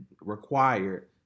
required